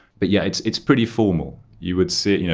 but yeah, it's it's pretty formal you would see,